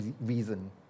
reason